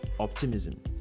Optimism